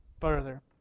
further